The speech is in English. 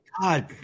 god